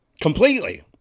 completely